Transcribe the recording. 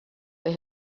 they